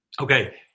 Okay